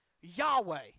Yahweh